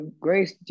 Grace